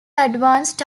advanced